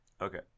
okay